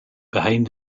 behind